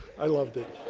i loved it.